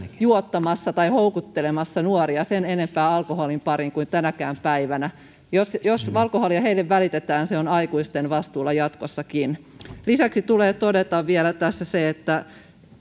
juottamassa tai houkuttelemassa nuoria sen enempää alkoholin pariin kuin tänäkään päivänä jos jos alkoholia heille välitetään se on aikuisten vastuulla jatkossakin lisäksi tulee todeta vielä tässä se että